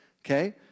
okay